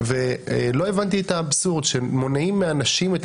ולא הבנתי את האבסורד שמונעים מאנשים את